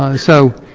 and so,